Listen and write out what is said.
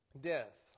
death